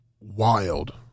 wild